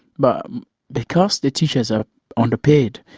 but because the teachers are underpaid,